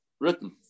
Written